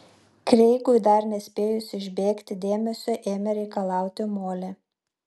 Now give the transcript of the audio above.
kreigui dar nespėjus išbėgti dėmesio ėmė reikalauti molė